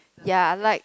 ya like